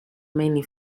mainly